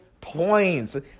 points